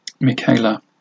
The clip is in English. Michaela